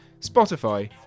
Spotify